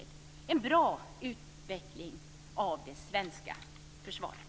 Det är en bra utveckling av det svenska försvaret.